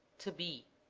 to be,